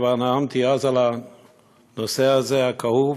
וכבר נאמתי אז על הנושא הזה, הכאוב,